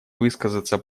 высказаться